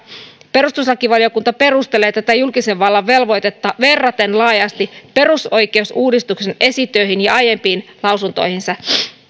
perustuslakivaliokunta perustelee tätä julkisen vallan velvoitetta verraten laajasti perusoikeusuudistuksen esitöihin ja aiempiin lausuntoihinsa